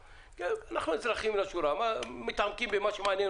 אנחנו אזרחים מן השורה ומתעמקים במה שמעניין